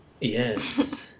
yes